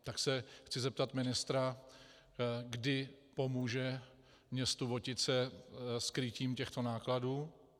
Tak se chci zeptat ministra, kdy pomůže městu Votice s krytím těchto nákladů.